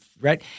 right